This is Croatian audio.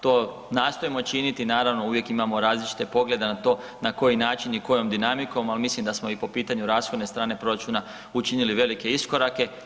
To nastojimo činiti naravno uvijek imamo različite poglede na to na koji način i kojom dinamikom, al mislim da smo i po pitanju rashodne strane proračuna učinili velike iskorake.